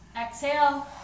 Exhale